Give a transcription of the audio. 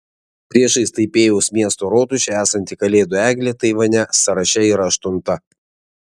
priešais taipėjaus miesto rotušę esanti kalėdų eglė taivane sąraše yra aštunta